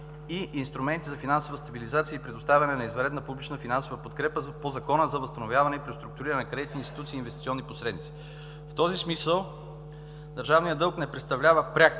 и инструменти за финансова стабилизация и предоставяне на извънредна публична финансова подкрепа по Закона за възстановяване и преструктуриране на кредитни институции и инвестиционни посредници. В този смисъл държавният дълг не представлява пряк